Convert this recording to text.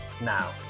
now